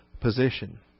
position